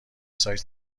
سایز